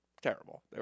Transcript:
terrible